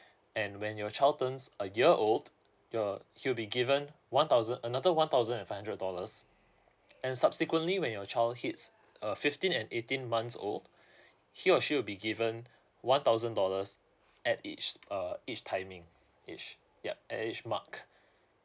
and when your child turns a year old uh he'll be given one thousand another one thousand and five hundred dollars and subsequently when your child hits uh fifteen and eighteen months old he or she will be given one thousand dollars at each uh each timing each yup at each mark